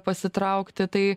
pasitraukti tai